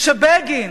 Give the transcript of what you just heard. שבגין